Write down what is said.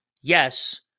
yes